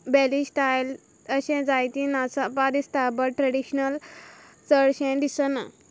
belly style अशें जायती नाचां बा दिसता बट ट्रॅडिशनल चडशें दिसना